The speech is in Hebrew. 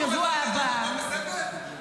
בשבוע הבא --- רגע,